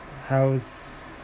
how's